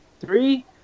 three